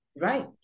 Right